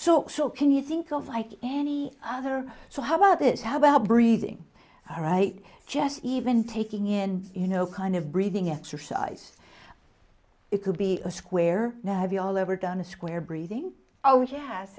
so can you think of like any other so how about this how about breathing right jesse even taking in you know kind of breathing exercise it could be a square now have you all ever done a square breathing oh